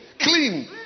Clean